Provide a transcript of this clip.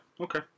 Okay